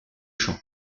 chant